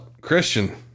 Christian